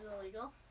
illegal